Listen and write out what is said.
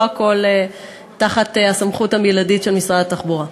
לא הכול תחת הסמכות הבלעדית של משרד התחבורה.